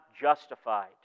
justified